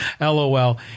LOL